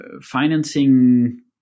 financing